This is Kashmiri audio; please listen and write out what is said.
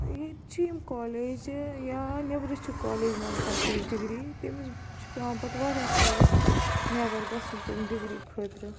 یتہَ چھِ یِم کالیج یا نٮ۪برٕ چھِ کالیج منٛز آسان ڈِگری تٔمِس چھُ پیوان پتہٕ واریاہس کالس نٮ۪بر گژھُن تمہِ ڈِگری خٲطرٕ